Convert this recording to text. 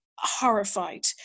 horrified